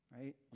right